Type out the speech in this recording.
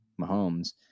Mahomes